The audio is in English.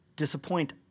disappoint